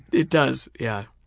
it does, yeah.